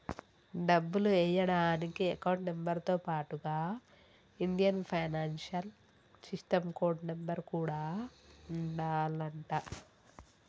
డబ్బులు ఎయ్యడానికి account number తో పాటుగా Indian financial system code number కూడా ఉండాలంట